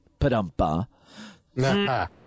Padumpa